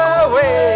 away